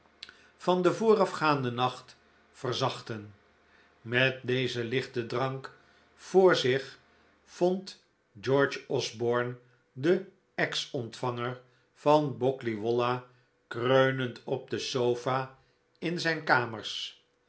van den voorafgaanden nacht verzachtten met dezen lichten drank voor zich vond george osborne den ex ontvanger van boggley wollah kreunend op de sofa in zijn kamers